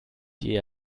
die